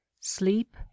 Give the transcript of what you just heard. sleep